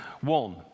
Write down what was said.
One